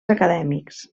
acadèmics